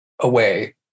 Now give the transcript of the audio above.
away